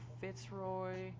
Fitzroy